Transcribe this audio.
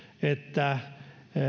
että